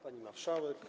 Pani Marszałek!